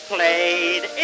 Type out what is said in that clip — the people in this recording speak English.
Played